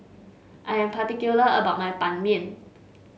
I am particular about my Ban Mian